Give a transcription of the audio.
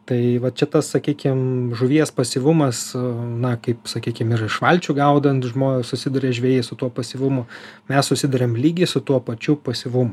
tai vat čia tas sakykim žuvies pasyvumas na kaip sakykim ir iš valčių gaudant žmo susiduria žvejai su tuo pasyvumu mes susiduriam lygiai su tuo pačiu pasyvumu